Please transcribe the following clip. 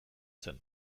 zen